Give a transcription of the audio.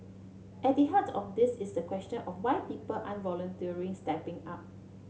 at the heart of this is the question of why people aren't voluntarily stepping up